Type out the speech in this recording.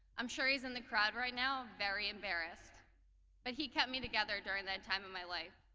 i'm sure he's in the crowd right now very embarrassed but he kept me together during that time of my life